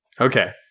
Okay